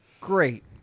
great